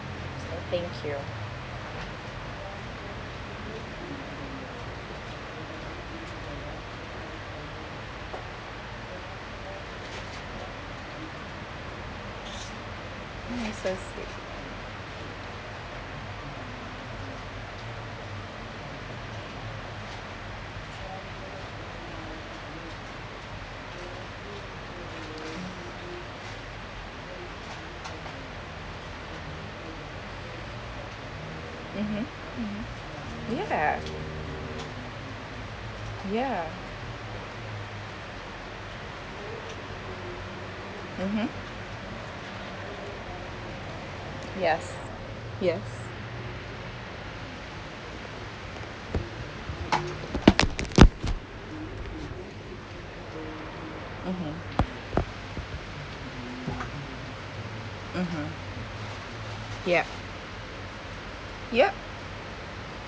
so thank you so sweet mmhmm ya ya mmhmm yes yes mmhmm mmhmm yup yup